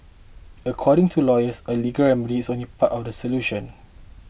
according to lawyers a legal remedy is only part of the solution